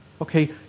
Okay